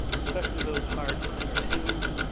especially those hired for entertainment,